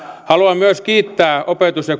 haluan myös kiittää opetus ja